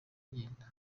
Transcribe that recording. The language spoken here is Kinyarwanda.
agenda